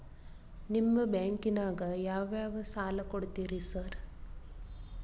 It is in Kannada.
ನಿಮ್ಮ ಬ್ಯಾಂಕಿನಾಗ ಯಾವ್ಯಾವ ಸಾಲ ಕೊಡ್ತೇರಿ ಸಾರ್?